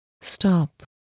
Stop